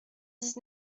dix